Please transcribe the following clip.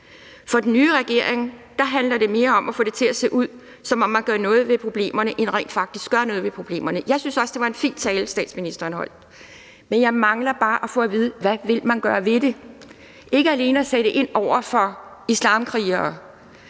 For den nye regering handler det mere om at få det til at se ud, som om man gør noget ved problemerne, end det handler om rent faktisk at gøre noget ved problemerne. Jeg synes også, det var en fin tale, statsministeren holdt, men jeg mangler bare at få at vide: Hvad vil man gøre ved det? Og det handler ikke alene om at sætte ind over for islamkrigere,